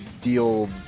deal